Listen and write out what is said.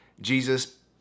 Jesus